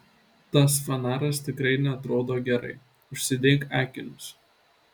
tas fanaras tikrai neatrodo gerai užsidėk akinius